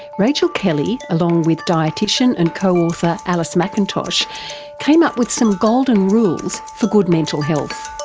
rachel kelly, along with dietician and co-author alice mackintosh came up with some golden rules for good mental health.